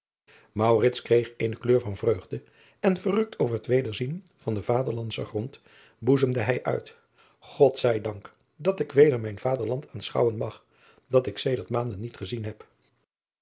kreeg eene kleur van vreugde en verrukt over het wederzien driaan oosjes zn et leven van aurits ijnslager van den vaderlandschen grond boezemde hij uit od zij dank dat ik weder mijn vaderland aanschouwen mag dat ik sedert maanden niet gezien heb